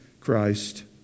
Christ